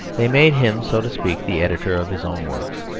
they made him, so to speak, the editor of his own works.